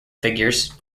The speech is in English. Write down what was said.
figures